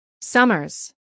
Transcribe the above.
Summers